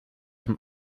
zum